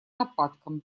нападкам